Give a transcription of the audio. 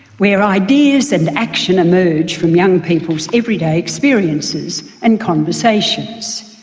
where ideas and action emerge from young people's everyday experiences and conversations.